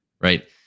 right